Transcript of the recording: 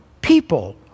people